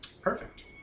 Perfect